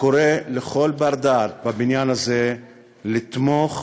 קורא לכל בר-דעת בבניין הזה לתמוך